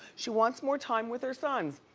she wants more time with her sons.